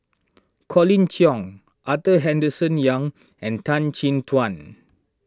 Colin Cheong Arthur Henderson Young and Tan Chin Tuan